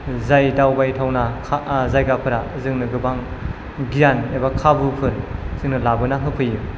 जाय दावबायथावना जायगाफोरा जोंनो गोबां गियान एबा खाबुफोर जोंनो लाबोना होफैयो